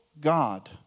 God